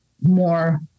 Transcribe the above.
more